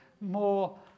more